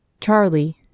Charlie